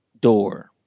door